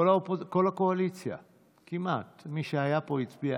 כל הקואליציה כמעט, מי שהיה פה הצביע.